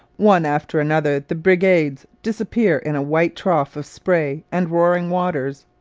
one after another the brigades disappear in a white trough of spray and roaring waters.